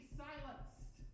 silenced